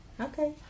Okay